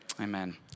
Amen